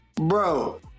bro